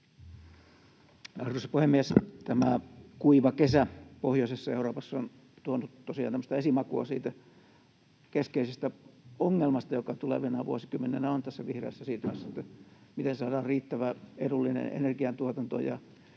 Arvoisa puhemies! Tämä kuiva kesä pohjoisessa Euroopassa on tuonut tosiaan tämmöistä esimakua siitä keskeisestä ongelmasta, joka tulevina vuosikymmeninä on tässä vihreässä siirtymässä, miten saadaan riittävän edullinen energiantuotanto ja